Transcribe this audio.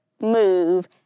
move